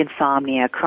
insomnia